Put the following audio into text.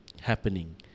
happening